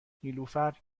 نیلوفر